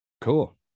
Cool